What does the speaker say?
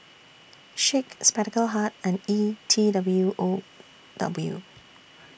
Schick Spectacle Hut and E T W O W